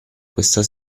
questa